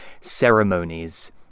ceremonies